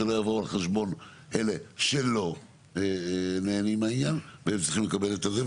שלא יבואו על חשבון אלה שלא נהנים מהעניין והם צריכים לקבל את הזה.